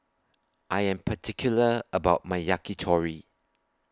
I Am particular about My Yakitori